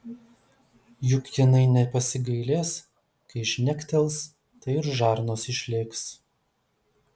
juk jinai nepasigailės kai žnektels tai ir žarnos išlėks